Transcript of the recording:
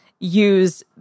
use